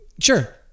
Sure